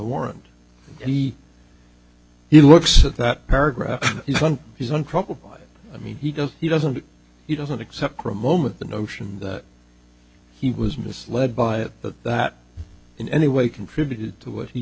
warrant he even looks at that paragraph he's unprobable i mean he goes he doesn't he doesn't accept for a moment the notion that he was misled by it but that in any way contributed to what he